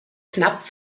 knapp